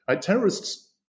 Terrorists